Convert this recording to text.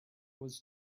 was